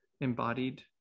embodied